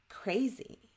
crazy